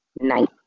night